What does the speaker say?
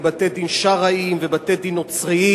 ולא בתי-דין שרעיים ובתי-דין נוצריים,